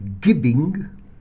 giving